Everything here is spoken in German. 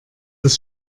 das